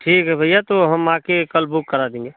ठीक है भैया तो हम आ कर कल बुक करा देंगे